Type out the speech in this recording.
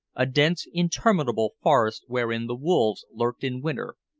a dense, interminable forest wherein the wolves lurked in winter,